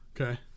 Okay